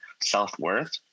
self-worth